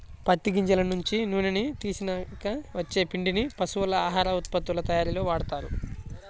పత్తి గింజల నుంచి నూనెని తీసినాక వచ్చే పిండిని పశువుల ఆహార ఉత్పత్తుల తయ్యారీలో వాడతారు